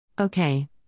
Okay